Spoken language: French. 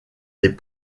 des